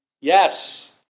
Yes